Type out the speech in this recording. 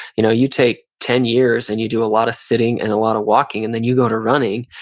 you know you take ten years and you do a lot of sitting and a lot of walking, and then you go to running,